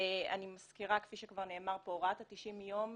אני מזכירה, כפי שכבר נאמר פה, הוראת 90 הימים